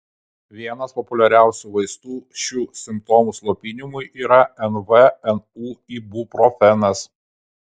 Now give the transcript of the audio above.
vienas populiariausių vaistų šių simptomų slopinimui yra nvnu ibuprofenas